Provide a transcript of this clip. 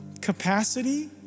capacity